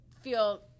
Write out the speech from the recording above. feel